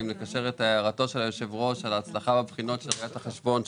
אם נקשר את הערתו של היושב-ראש על ההצלחה בבחינות של ראיית החשבון,